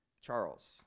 Charles